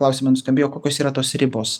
klausime nuskambėjo kokios yra tos ribos